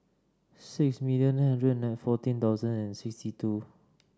six million nine hundred and fourteen thousand and sixty two